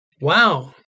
Wow